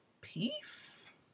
Peace